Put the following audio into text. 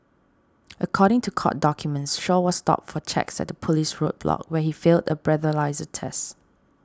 according to court documents Shaw was stopped for checks at a police roadblock where he failed a breathalyser test